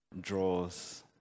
draws